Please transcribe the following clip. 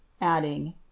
adding